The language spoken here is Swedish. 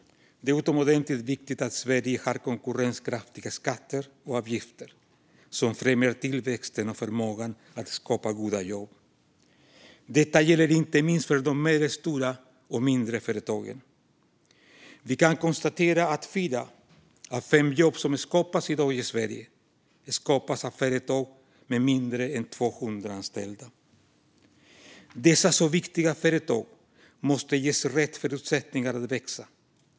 Det är utomordentligt viktigt att Sverige har konkurrenskraftiga skatter och avgifter som främjar tillväxten och förmågan att skapa goda jobb. Detta gäller inte minst för de medelstora och mindre företagen. Vi kan konstatera att fyra av fem jobb som skapas i dag i Sverige skapas av företag med färre än 200 anställda. Dessa så viktiga företag måste ges rätt förutsättningar att växa.